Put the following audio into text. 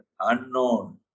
unknown